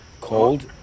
cold